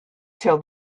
till